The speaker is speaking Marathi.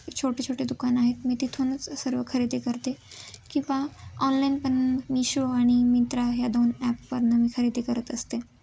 छोटे छोटे दुकान आहेत मी तिथूनच सर्व खरेदी करते किंवा ऑनलाईन पण मिशो आणि मित्रा ह्या दोन ॲपवरनं मी खरेदी करत असते